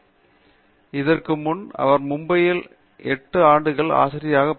பேராசிரியர் பிரதாப் ஹரிதாஸ் இதற்கு முன் அவர் மும்பையில் சுமார் 8 ஆண்டுகள் ஆசிரியராக இருந்தார்